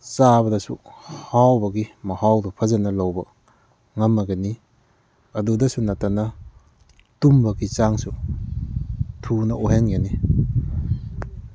ꯆꯥꯕꯗꯁꯨ ꯍꯥꯎꯕꯒꯤ ꯃꯍꯥꯎꯗꯨ ꯐꯖꯅ ꯂꯧꯕ ꯉꯝꯃꯒꯅꯤ ꯑꯗꯨꯗꯁꯨ ꯅꯠꯇꯅ ꯇꯨꯝꯕꯒꯤ ꯆꯥꯡꯁꯨ ꯊꯨꯅ ꯑꯣꯏꯍꯟꯒꯅꯤ